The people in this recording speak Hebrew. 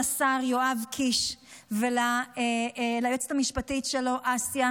לשר יואב קיש וליועצת המשפטית שלו אסיה,